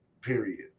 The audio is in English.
period